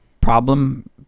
problem